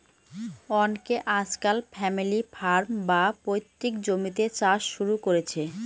অনকে আজকাল family farm, বা পৈতৃক জমিতে চাষ শুরু করেছে